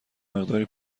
مقداری